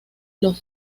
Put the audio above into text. los